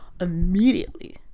immediately